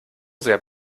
sehr